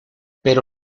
pero